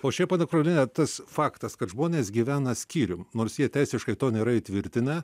o šiaip ponia kroliene tas faktas kad žmonės gyvena skyrium nors jie teisiškai to nėra įtvirtinę